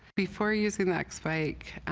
before using the x-bike